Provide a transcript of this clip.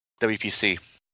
WPC